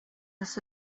his